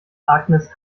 agnes